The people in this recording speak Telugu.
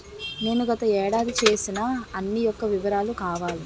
నేను గత ఏడాది చేసిన అన్ని యెక్క వివరాలు కావాలి?